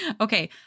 Okay